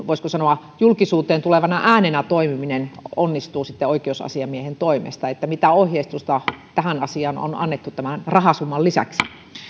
voisiko sanoa julkisuuteen tulevana äänenä toimiminen onnistuu oikeusasiamiehen toimesta mitä ohjeistusta tähän asiaan on annettu tämän rahasumman lisäksi